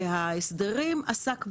וההסדרים עסק בעניין.